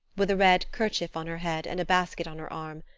with a red kerchief on her head and a basket on her arm,